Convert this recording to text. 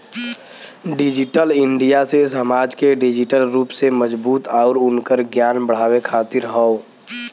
digital India से समाज के डिजिटल रूप से मजबूत आउर उनकर ज्ञान बढ़ावे खातिर हौ